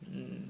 mm